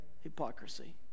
hypocrisy